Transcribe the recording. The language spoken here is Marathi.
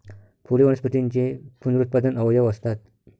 फुले वनस्पतींचे पुनरुत्पादक अवयव असतात